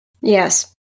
Yes